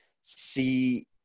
see